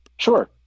Sure